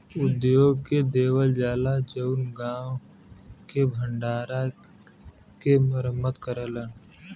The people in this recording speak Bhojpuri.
उद्योग के देवल जाला जउन गांव के भण्डारा के मरम्मत करलन